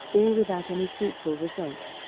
all without any fruitful results.